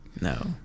No